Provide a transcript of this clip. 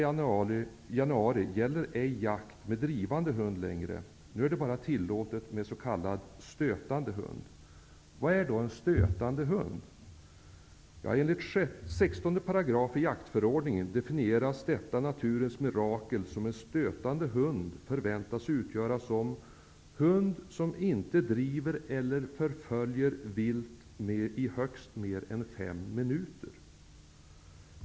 fr.o.m. den 1 Nu är det bara tillåtet med s.k. stötande hund. Vad är då en stötande hund? Enligt 16 § i jaktförordningen definieras detta naturens mirakel som en hund som inte driver eller förföljer vilt mer än högst fem minuter.